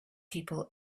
people